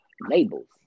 labels